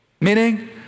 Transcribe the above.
Meaning